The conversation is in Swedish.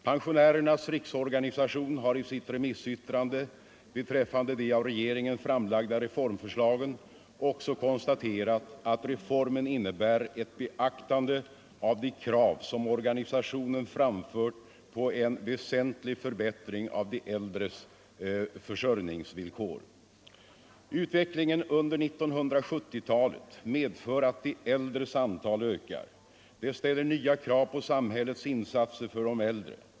Pensionärernas riksorganisation har i sitt remissyttrande beträffande de av regeringen framlagda reformförslagen också konstaterat att reformen innebär ett beaktande av de krav som organisationen framfört på en väsentlig förbättring av de äldres försörjningsvillkor. Utvecklingen under 1970-talet medför att de äldres antal ökar. Det ställer nya krav på samhällets insatser för de äldre.